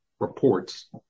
Reports